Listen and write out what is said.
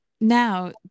now